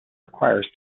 requires